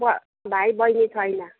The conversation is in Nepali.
ब भाइ बहिनी छैन